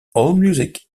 allmusic